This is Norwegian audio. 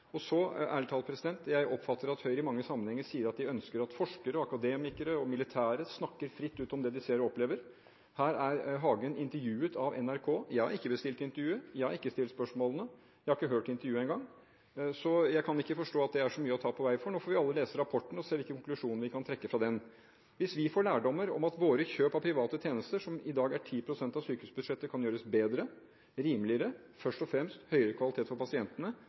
oppfatter jeg ærlig talt at Høyre i mange sammenhenger sier at de ønsker at forskere, akademikere og militære snakker fritt ut om det de ser og opplever. Her er Hagen intervjuet av NRK – jeg har ikke bestilt intervjuet, jeg har ikke stilt spørsmålene, jeg har ikke hørt intervjuet engang, så jeg kan ikke forstå at det er så mye å ta på vei for. Nå får vi alle lese rapporten og se hvilke konklusjoner vi kan trekke fra den. Hvis vi får lærdommer om at våre kjøp av private tjenester, som i dag er 10 pst. av sykehusbudsjettet, kan gjøres bedre, rimeligere og først og fremst gi høyere kvalitet for pasientene